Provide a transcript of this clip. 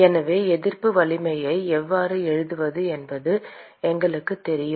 எனவே எதிர்ப்பு வலையமைப்பை எவ்வாறு எழுதுவது என்பது எங்களுக்குத் தெரியும்